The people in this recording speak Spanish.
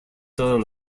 todos